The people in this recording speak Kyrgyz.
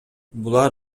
булар